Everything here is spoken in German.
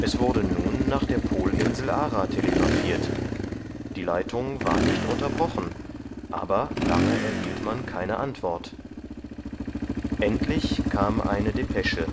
es wurde nun nach der polinsel ara telegraphiert die leitung war nicht unterbrochen aber lange erhielt man keine antwort endlich kam eine depesche